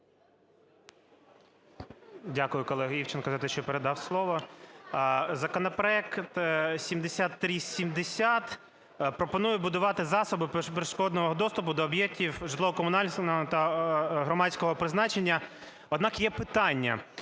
Дякую колезі Івченку за те, що передав слово. Законопроект 7370 пропонує будувати засоби безперешкодного доступу до об'єктів житлово-комунального та громадського призначення. Однак є питання.